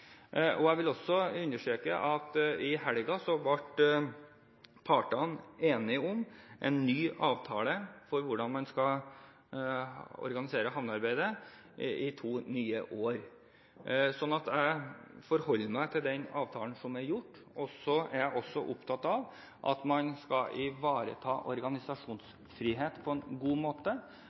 en ny avtale for hvordan man skal organisere havnearbeidere for to nye år. Så jeg forholder meg til den avtalen som er gjort, og så er jeg opptatt av at man skal ivareta organisasjonsfrihet på en god måte.